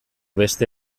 beste